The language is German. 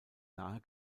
nahe